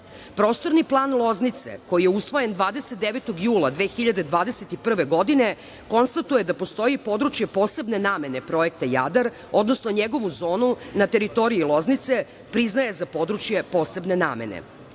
Srbije. Prostorni plan Loznice koji je usvojen 29. jula. 2021. godine konstatuje da postoji područje posebne namene projekta „Jadar“, odnosno njegovu zonu na teritoriji Loznice priznaje za područje posebne